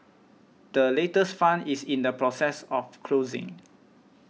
the latest fund is in the process of closing